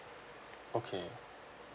okay